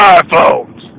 iPhones